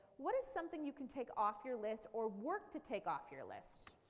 what is something you can take off your list or work to take off your list,